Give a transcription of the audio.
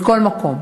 מכל מקום,